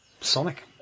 Sonic